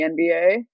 NBA